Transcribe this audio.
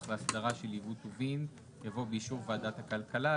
והסדרה של ייבוא טובין יבוא באישור ועדת הכלכלה".